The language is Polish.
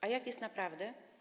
A jak jest naprawdę?